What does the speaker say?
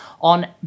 on